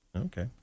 okay